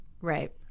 Right